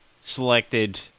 selected